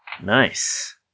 Nice